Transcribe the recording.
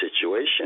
situation